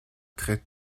très